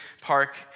park